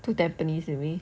to tampines simei